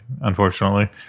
unfortunately